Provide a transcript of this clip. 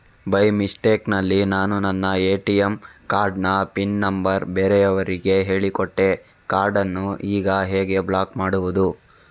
By mistake ನಲ್ಲಿ ನಾನು ನನ್ನ ಎ.ಟಿ.ಎಂ ಕಾರ್ಡ್ ನ ಪಿನ್ ನಂಬರ್ ಬೇರೆಯವರಿಗೆ ಹೇಳಿಕೊಟ್ಟೆ ಕಾರ್ಡನ್ನು ಈಗ ಹೇಗೆ ಬ್ಲಾಕ್ ಮಾಡುವುದು?